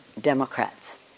democrats